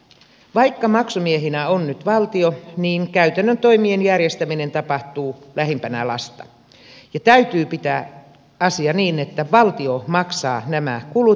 vaikka maksumiehenä on nyt valtio niin käytännön toimien järjestäminen tapahtuu lähimpänä lasta ja täytyy pitää asia niin että valtio maksaa nämä kulut